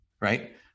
Right